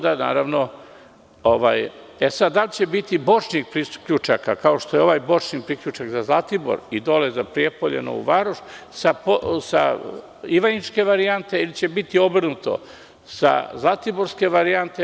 Da li će biti bočnih priključaka, kao što je ovaj bočni priključak za Zlatibor i dole za Prijepolje i Novu Varoš, sa ivanjičke varijante ili će biti obrnuto sa zlatiborske varijante?